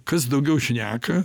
kas daugiau šneka